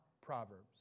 Proverbs